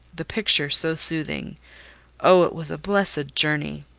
the picture so soothing oh, it was a blessed journey!